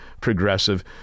progressive